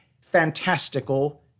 fantastical